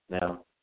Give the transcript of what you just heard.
Now